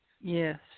Yes